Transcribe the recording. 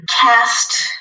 cast